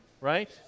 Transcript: right